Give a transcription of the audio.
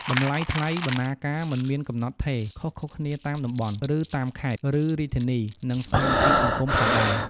តម្លៃថ្លៃបណ្ណាការមិនមានកំណត់ថេរ ខុសៗគ្នាតាមតំបន់ ឬតាមខេត្ត ឬរាជធានី និងស្ថានភាពសង្គមផងដែរ។